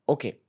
Okay